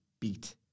beat